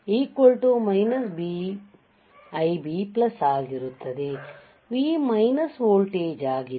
V minus voltage ಆಗಿದೆ